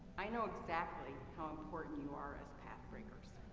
i know exactly how important you are as path breakers.